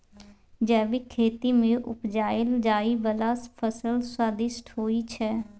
जैबिक खेती मे उपजाएल जाइ बला फसल स्वादिष्ट होइ छै